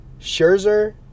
Scherzer